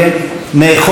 נאכוף זאת.